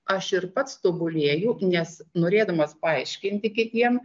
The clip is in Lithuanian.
aš ir pats tobulėju nes norėdamas paaiškinti kitiem